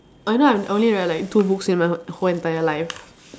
I know I only read like two books in my whole entire life